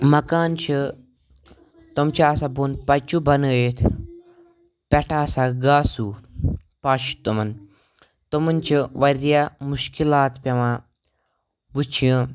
مکان چھِ تِم چھِ آسان بۄن پَچیوٗ بَنٲیِتھ پٮ۪ٹھٕ آسان گاسوٗ پَش تِمَن تِمَن چھِ واریاہ مُشکِلات پٮ۪وان وٕچھہِ